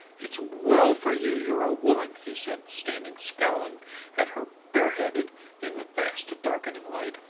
it's well for you you're a woman, he said, standing scowling at her bareheaded in the fast-darkening light.